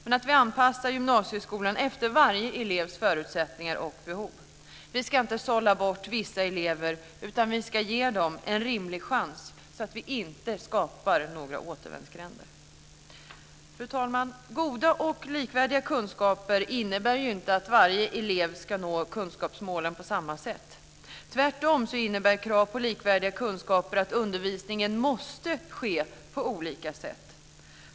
Vi ska anpassa gymnasieskolan efter varje elevs förutsättningar och behov. Vi ska inte sålla bort vissa elever utan ge dem en rimlig chans så att vi inte skapar några återvändsgränder. Fru talman! Goda och likvärdiga kunskaper innebär ju inte att varje elev ska nå kunskapsmålen på samma sätt. Tvärtom innebär krav på likvärdiga kunskaper att undervisningen måste ske på olika sätt.